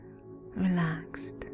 relaxed